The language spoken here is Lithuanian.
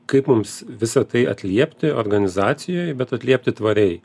kaip mums visa tai atliepti organizacijoj bet atliepti tvariai